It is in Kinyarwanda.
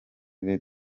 red